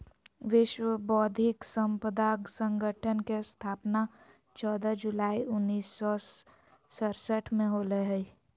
विश्व बौद्धिक संपदा संगठन के स्थापना चौदह जुलाई उननिस सो सरसठ में होलय हइ